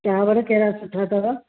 चांवर केहिड़ा सुठा अथव